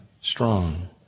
strong